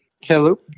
Hello